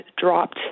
dropped